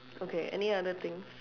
okay any other things